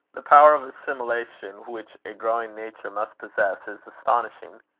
the power of assimilation which a growing nature must possess is astonishing.